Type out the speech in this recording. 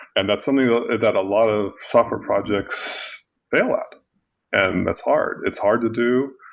and that's something that a lot of software projects fail at and that's hard. it's hard to do.